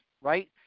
right